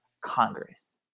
Congress